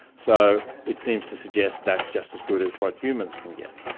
so it seems to suggest that's just as good as what humans can get.